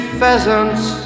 pheasants